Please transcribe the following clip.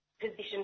position